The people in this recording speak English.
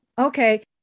Okay